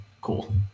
cool